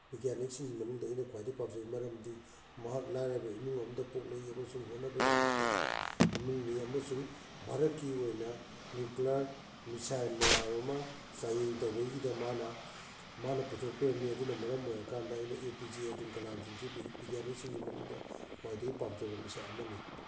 ꯕꯤꯒ꯭ꯌꯥꯅꯤꯛꯁꯤꯡꯒꯤ ꯃꯅꯨꯡꯗ ꯑꯩꯅ ꯈ꯭ꯋꯥꯏꯗꯩ ꯄꯥꯝꯖꯩ ꯃꯔꯝꯗꯤ ꯃꯍꯥꯛ ꯂꯥꯏꯔꯤꯕ ꯏꯃꯨꯡ ꯑꯃꯗ ꯄꯣꯛꯂꯛꯏ ꯑꯃꯁꯨꯡ ꯍꯣꯠꯅꯕ ꯌꯥꯝꯅ ꯀꯟꯕ ꯏꯃꯨꯡꯅꯤ ꯑꯃꯁꯨꯡ ꯚꯥꯔꯠꯀꯤ ꯑꯣꯏꯅ ꯅ꯭ꯌꯨꯀ꯭ꯂꯤꯌꯥꯔ ꯃꯤꯁꯥꯏꯟ ꯃꯌꯥꯝ ꯑꯃ ꯆꯥꯡꯌꯦꯡ ꯇꯧꯕꯒꯤꯗ ꯃꯥꯅ ꯃꯥꯅ ꯄꯨꯊꯣꯛꯄꯤꯔꯝꯃꯤ ꯑꯗꯨꯅ ꯃꯔꯝ ꯑꯣꯏꯔꯀꯥꯟꯗ ꯑꯩꯅ ꯑꯦ ꯄꯤ ꯖꯦ ꯑꯕꯗꯨꯜ ꯀꯂꯥꯝꯁꯦ ꯕꯤꯒ꯭ꯌꯥꯅꯤꯛꯁꯤꯡꯒꯤ ꯃꯅꯨꯡꯗ ꯈ꯭ꯋꯥꯏꯗꯒꯤ ꯄꯥꯝꯖꯕ ꯃꯤꯁꯛ ꯑꯃꯅꯤ